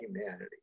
humanity